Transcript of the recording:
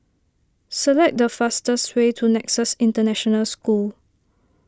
select the fastest way to Nexus International School